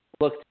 look